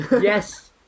Yes